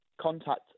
contact